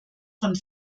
von